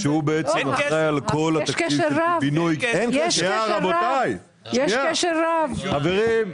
באמת גאווה רבה לאיך נראה החינוך החרדי אצלנו בעיר.